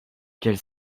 quelle